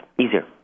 easier